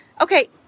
Okay